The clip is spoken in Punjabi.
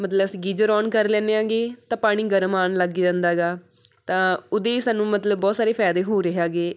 ਮਤਲਬ ਅਸੀਂ ਗੀਜ਼ਰ ਔਨ ਕਰ ਲੈਂਦੇ ਆਂਗੇ ਤਾਂ ਪਾਣੀ ਗਰਮ ਆਉਣ ਲੱਗ ਜਾਂਦਾ ਐਗਾ ਤਾਂ ਉਹਦੇ ਸਾਨੂੰ ਮਤਲਬ ਬਹੁਤ ਸਾਰੇ ਫਾਇਦੇ ਹੋ ਰਹੇ ਹੈਗੇ